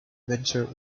venture